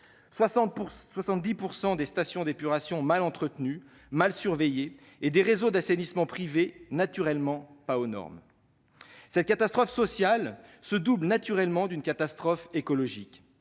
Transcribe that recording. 70 % des stations d'épuration sont mal entretenues, mal surveillées, et les réseaux d'assainissement privés ne sont évidemment pas aux normes. Cette catastrophe sociale se double naturellement d'une catastrophe écologique.